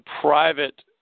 private